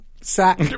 Sack